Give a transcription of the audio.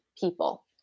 people